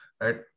right